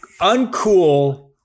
uncool